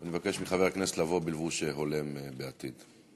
אני מבקש מחבר הכנסת לבוא בלבוש הולם, בעתיד.